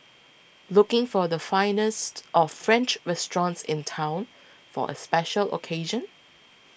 looking for the finest of French restaurants in town for a special occasion